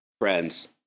friends